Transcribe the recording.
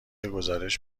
گزارش